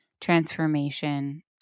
transformation